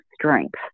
strength